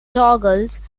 douglas